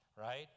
right